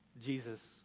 Jesus